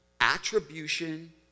attribution